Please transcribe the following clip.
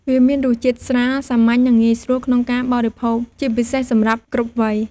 វាមានរសជាតិស្រាល សាមញ្ញ និងងាយស្រួលក្នុងការបរិភោគ ជាពិសេសសម្រាប់គ្រប់វ័យ។។